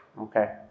Okay